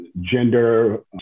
gender